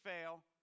fail